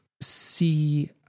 see